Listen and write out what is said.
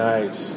Nice